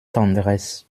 tendresse